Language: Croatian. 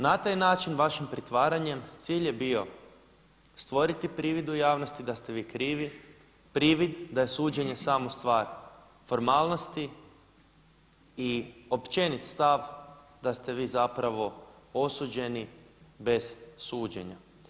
Na taj način vašim pritvaranjem cilj je bio stvoriti privid u javnosti da ste vi krivi, privid da je suđenje samo stvar formalnosti i općenit stav da ste vi zapravo osuđeni bez suđenja.